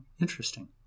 interesting